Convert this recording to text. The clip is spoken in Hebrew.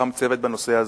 צוות לנושא הזה,